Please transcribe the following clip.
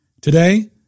Today